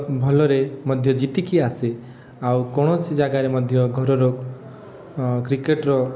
ଭଲରେ ମଧ୍ୟ ଜିତିକି ଆସେ ଆଉ କୌଣସି ଜାଗାରେ ମଧ୍ୟ ଘରର କ୍ରିକେଟର